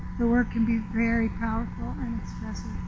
the work can be very powerful and expressive.